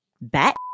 bat